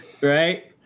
Right